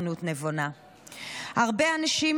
הרבה אנשים